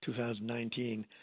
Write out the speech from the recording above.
2019